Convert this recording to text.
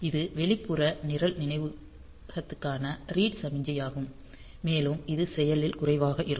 இது வெளிப்புற நிரல் நினைவகத்திற்கான ரீட் சமிக்ஞையாகும் மேலும் இது செயலில் குறைவாக இருக்கும்